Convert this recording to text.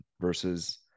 versus